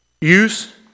use